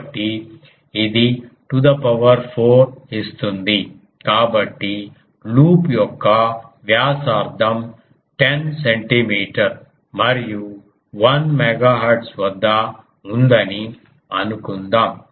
కాబట్టి ఇది to the power 4 ఇస్తుంది కాబట్టి లూప్ యొక్క వ్యాసార్థం 10 సెంటీమీటర్ మరియు 1 మెగాహెర్ట్జ్ వద్ద ఉందని అనుకుందాం